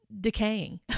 decaying